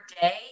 day